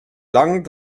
lang